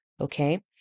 Okay